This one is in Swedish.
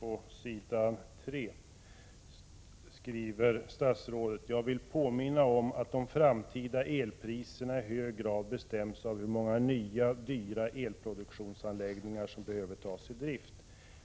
I svaret skriver statsrådet: ”Jag vill påminna om att de framtida elpriserna i hög grad bestäms av hur många nya dyra elproduktionsanläggningar som behöver tas i drift.